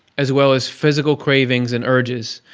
as well as physical cravings and urges.